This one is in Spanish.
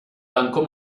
banco